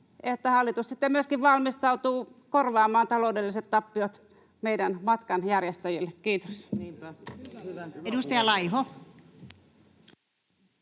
että hallitus sitten myöskin valmistautuu korvaamaan taloudelliset tappiot meidän matkanjärjestäjille. — Kiitos. [Speech